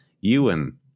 Ewan